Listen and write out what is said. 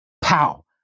pow